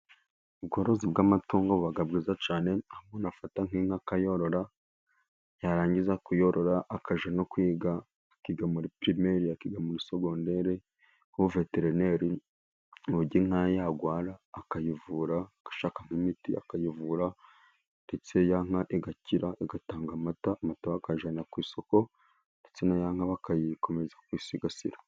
Ubworozi bw'amatungo buba bwiza cyane, umuntu afata nk'inka akayorora, yarangiza kuyorora, akajya no kwiga akiga muri pirimere, akiga muri segondere, akaba veterineri inka yarwara akayivura, agashaka imiti akayivura , ndetse ya nka igakira igatanga amata, amata bakayajyana ku isoko ndetse na ya nka bagakomeza kuyisigasira.